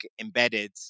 embedded